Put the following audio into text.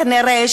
כנראה,